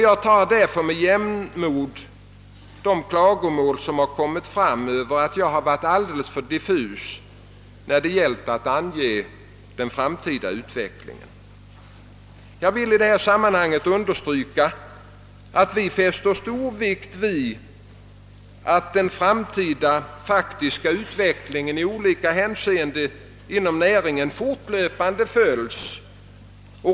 Jag tar därför med jämnmod de klagomål som har framförts att jag har varit alldeles för diffus när det gällt att ange den framtida utvecklingen. Jag vill i detta sammanhang understryka att vi fäster stor vikt vid att den framtida faktiska utvecklingen i olika hänseenden inom näringen fortlöpande följs.